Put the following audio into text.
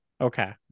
Okay